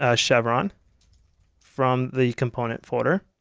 ah chevron from the component folder.